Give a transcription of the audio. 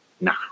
nah